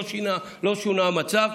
לא שונה המצב,